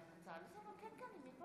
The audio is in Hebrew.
אשר עומדת להיחקק ביוזמתי,